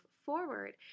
forward